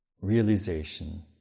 Realization